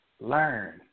learn